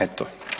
Eto.